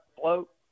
float